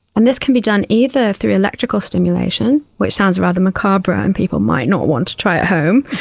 and this can be done either through electrical stimulation, which sounds rather macabre and people might not want to try at home,